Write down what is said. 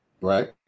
Right